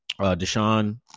Deshaun